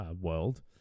world